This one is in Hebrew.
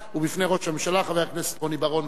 ובפני ראש הממשלה חבר הכנסת רוני בר-און.